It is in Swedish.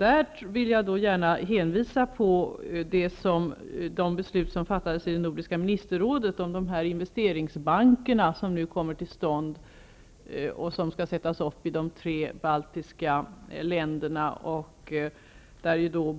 Jag vill gärna hänvisa till de beslut som fattades i Nordiska ministerrådet om de investeringsbanker som skall komma till stånd och som sätts upp i de tre baltiska länderna.